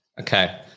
Okay